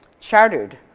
chartered.